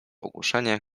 ogłoszenie